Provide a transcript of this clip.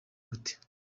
gute